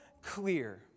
clear